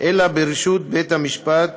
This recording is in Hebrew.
אלא ברשות בית-המשפט,